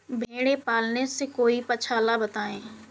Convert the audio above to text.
भेड़े पालने से कोई पक्षाला बताएं?